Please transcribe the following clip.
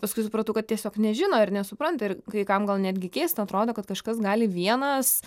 paskui supratau kad tiesiog nežino ir nesupranta ir kai kam gal netgi keistai atrodo kad kažkas gali vienas